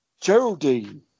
Geraldine